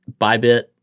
Bybit